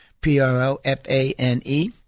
P-R-O-F-A-N-E